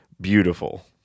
beautiful